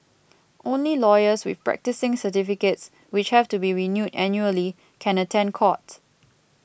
only lawyers with practising certificates which have to be renewed annually can attend court